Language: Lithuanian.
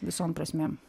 visom prasmėm